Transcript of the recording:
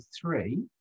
three